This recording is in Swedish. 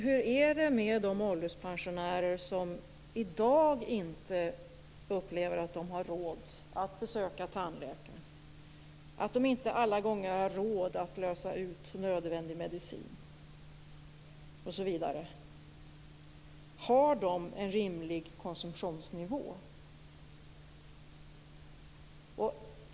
Hur är det med de ålderspensionärer som i dag inte upplever att de har råd att besöka tandläkare eller inte alla gånger har råd att lösa ut nödvändig medicin - har de en rimlig konsumtionsnivå?